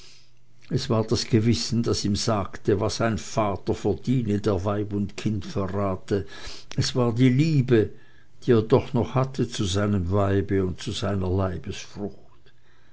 es war das gewissen das ihm sagte was ein vater verdiene der weib und kind verrate es war die liebe die er doch noch hatte zu seinem weibe und seiner